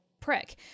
prick